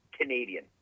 Canadian